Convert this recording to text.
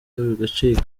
bigacika